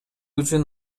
үчүн